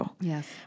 Yes